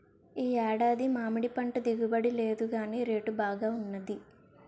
ఈ ఏడాది మామిడిపంట దిగుబడి లేదుగాని రేటు బాగా వున్నది